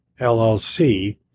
LLC